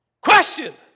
Question